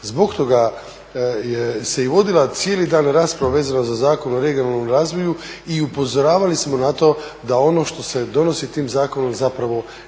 Zbog toga se i vodila cijeli dan rasprava vezano za Zakon o regionalnom razvoju i upozoravali smo na to da ono što se donosi tim zakonom zapravo